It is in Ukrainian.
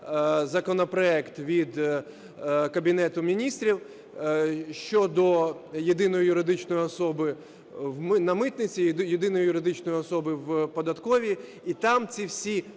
законопроект від Кабінету Міністрів щодо єдиної юридичної особи на митниці, єдиної юридичної особи в податковій, і там ці всі